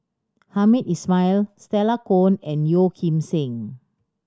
Hamed Ismail Stella Kon and Yeo Kim Seng